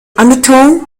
undertone